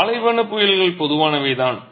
பாலைவனப் புயல்கள் பொதுவானவை தான்